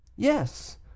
yes